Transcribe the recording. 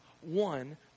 one